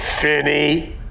Finny